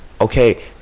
Okay